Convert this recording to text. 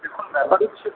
দেখুন ব্যাপার হচ্ছে